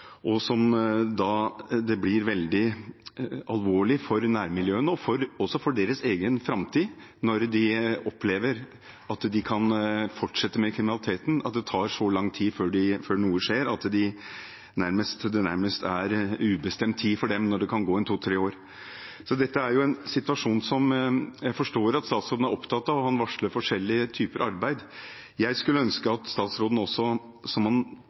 Det blir veldig alvorlig både for nærmiljøene og for deres egen framtid når de opplever at de kan fortsette med kriminaliteten; at det tar så lang tid før noe skjer – det kan gå en to–tre år – at det nærmest er ubestemt tid for dem. Dette er en situasjon som jeg forstår at statsråden er opptatt av, og han varsler forskjellige typer arbeid. Jeg skulle ønske at statsråden også, slik han